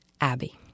Abby